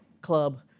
club